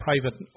private